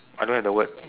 I don't have the word